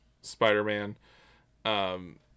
Spider-Man